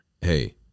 hey